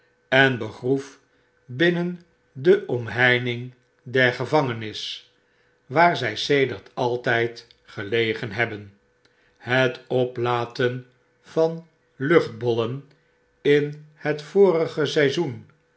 en begroef binnen de omheining der gevangenis waar zy sedert altijd gelegen hebben het oplaten van luchtbollen in het vorige seizoen